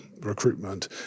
recruitment